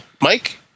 Mike